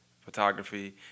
photography